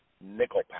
nickel